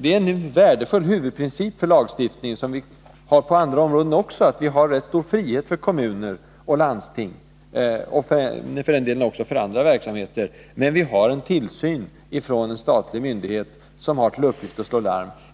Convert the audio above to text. det är en värdefull huvudprincip för lagstiftningen, som vi har också på andra områden, att det råder rätt stor frihet för kommuner och landsting — och för den delen också för andra verksamheter — men att en statlig myndighet utövar tillsyn och har till uppgift att slå larm.